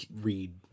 read